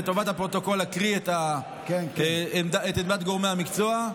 לטובת הפרוטוקול אני אקריא את עמדת גורמי המקצוע.